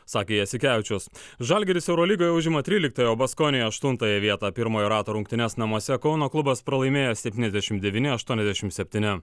sakė jasikevičius žalgiris eurolygoje užima tryliktąją o baskonija aštuntąją vietą pirmojo rato rungtynes namuose kauno klubas pralaimėjo septyniasdešimt devyni aštuoniasdešimt septyni